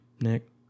Nick